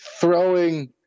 throwing